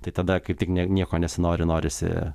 tai tada kaip tik ne nieko nesinori norisi